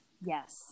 Yes